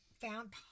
found